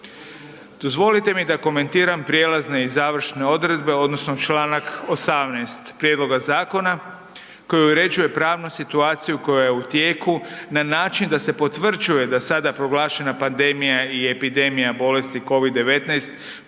Dozvolite mi da komentiram prijelazne i završne odredbe odnosno čl. 18. prijedloga zakona koji uređuje pravnu situaciju koja je u tijeku na način da se potvrđuje da sada proglašena pandemija i epidemija bolesti COVID-19